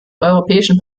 europäischen